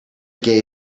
gay